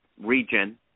region